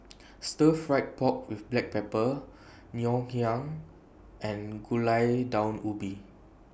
Stir Fried Pork with Black Pepper Ngoh Hiang and Gulai Daun Ubi